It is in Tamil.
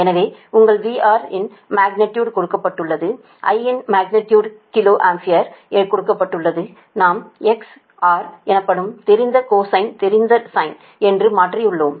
எனவே உங்கள் VR இன் மக்னிடியுடு கொடுக்கப்பட்டுள்ளது I இன் மக்னிடியுடு கிலோ ஆம்பியராக கொடுக்கப்பட்டுள்ளது நாம் R X எனப்படும் தெரிந்த கொசைன் தெரிந்த சைன் என்று மாற்றியுள்ளோம்